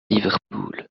liverpool